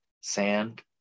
sand